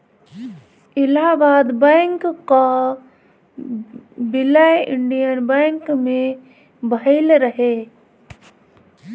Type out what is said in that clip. Allahabad bank कअ विलय Indian bank मे भयल रहे